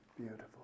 beautiful